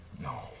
No